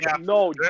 no